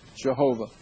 Jehovah